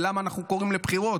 ולמה אנחנו קוראים לבחירות.